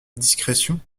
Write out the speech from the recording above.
discrétion